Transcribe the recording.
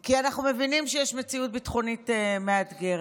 כי אנחנו מבינים שיש מציאות ביטחונית מאתגרת.